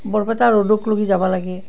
বৰপেটা ৰোডক লেগি যাব লাগে